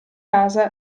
casa